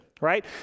right